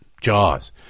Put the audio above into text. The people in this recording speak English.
Jaws